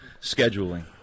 scheduling